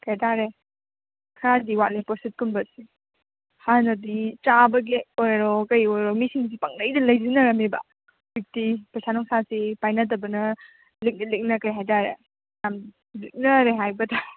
ꯀꯩ ꯍꯥꯏꯇꯔꯦ ꯈꯔꯗꯤ ꯋꯥꯠꯂꯦ ꯄꯣꯠꯁꯤꯠ ꯀꯨꯝꯕꯁꯦ ꯍꯥꯟꯅꯗꯤ ꯆꯥꯕꯒꯤ ꯑꯣꯏꯔꯣ ꯀꯔꯤ ꯑꯣꯏꯔꯣ ꯃꯤꯁꯤꯡꯁꯦ ꯄꯪꯂꯩꯗ ꯂꯩꯁꯤꯟꯅꯔꯝꯃꯦꯕ ꯍꯧꯖꯤꯛꯇꯤ ꯄꯩꯁꯥ ꯅꯨꯡꯁꯥꯁꯤ ꯄꯥꯏꯅꯗꯕꯅ ꯂꯤꯛꯅ ꯂꯤꯛꯅ ꯀꯔꯤ ꯍꯥꯏꯇꯔꯦ ꯌꯥꯝ ꯂꯤꯛꯅꯔꯦ ꯍꯥꯏꯕ ꯇꯥꯔꯦ